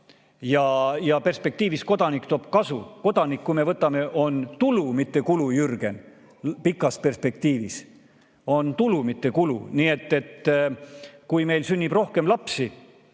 Ja perspektiivis kodanik toob kasu. Kodanik, kui me võtame, on tulu, mitte kulu, Jürgen, pikas perspektiivis. See on tulu, mitte kulu. Nii et kui meil sünnib rohkem lapsi,